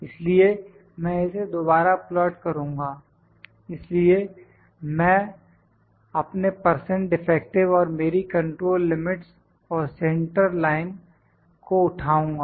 इसलिए मैं इसे दोबारा प्लाट करुंगा इसलिए मैं अपने परसेंट डिफेक्टिव और मेरी कंट्रोल लिमिट्स और सेंट्रल लाइन को उठाऊंगा